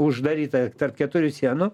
uždaryta tarp keturių sienų